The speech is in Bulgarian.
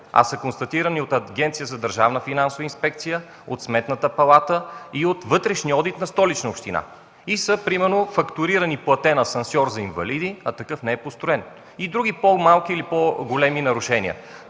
не от мен, а от Агенцията за държавна финансова инспекция, от Сметната палата и от вътрешния одит на Столична община. Фактуриран е примерно платен асансьор за инвалиди, а такъв не е построен, и други по-малки или по-големи нарушения.